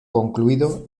concluido